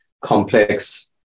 complex